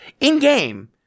in-game